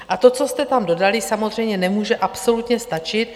A to, co jste tam dodali, samozřejmě nemůže absolutně stačit.